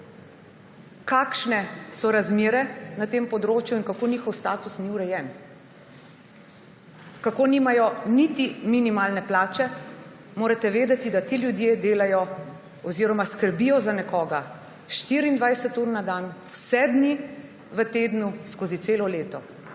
kakšne so razmere na tem področju in kako njihov status ni urejen, kako nimajo niti minimalne plače. Morate vedeti, da ti ljudje delajo oziroma skrbijo za nekoga 24 ur na dan, vse dni v tednu, skozi celo leto.